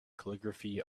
calligraphy